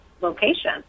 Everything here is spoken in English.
location